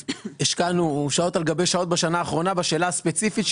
השקענו שעות על גבי שעות בשנה האחרונה בשאלה הספציפית,